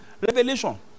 Revelation